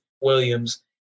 Williams